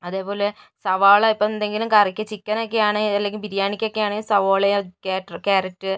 അതേപോലെ സവാള ഇപ്പോൾ എന്തെങ്കിലും കറിക്ക് ചിക്കന് ഒക്കെ ആണെങ്കില് അല്ലെങ്കില് ബിരിയാണിക്ക് ഒക്കെ ആണെങ്കിൽ സവോളയും ക്യാരറ്റ് ക്യാരറ്റ്